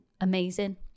amazing